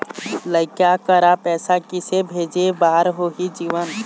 लइका करा पैसा किसे भेजे बार होही जीवन